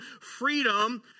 freedom